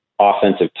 offensive